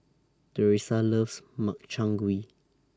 Teresa loves Makchang Gui